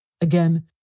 Again